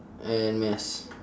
and mass